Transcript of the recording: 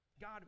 God